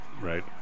right